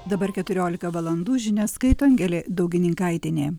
dabar keturiolika valandų žinias skaito angelė daugininkaitienė